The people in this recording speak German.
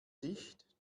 dicht